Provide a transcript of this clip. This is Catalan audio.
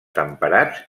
temperats